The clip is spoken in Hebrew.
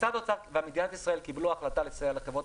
משרד האוצר ומדינת ישראל קיבלו החלטה לסייע לחברות